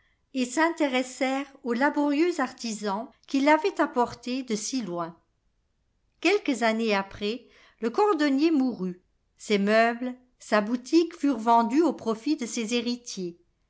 et s'intéressèrent au laborieux artisan qui l'avait apporté de si loin quelques années après le cordonnier mourut ses meubles sa boutique furent vendus au profit de ses héritiers